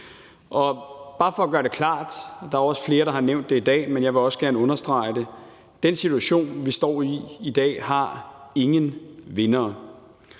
Bare for at gøre det klart – der er flere, der har nævnt det i dag, men jeg vil også gerne understrege det – så har den situation, vi står i i dag, ingen vindere.